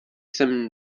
sem